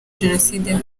jenoside